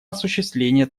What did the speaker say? осуществление